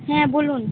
হ্যাঁ বলুন